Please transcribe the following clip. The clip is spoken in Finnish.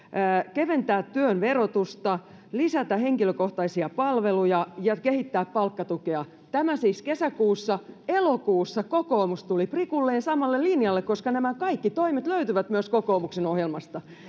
keventää työn verotusta lisätä henkilökohtaisia palveluja ja kehittää palkkatukea tämä siis kesäkuussa elokuussa kokoomus tuli prikulleen samalle linjalle koska nämä kaikki toimet löytyvät myös kokoomuksen ohjelmasta